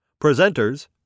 Presenters